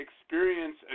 experience